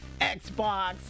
Xbox